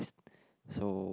so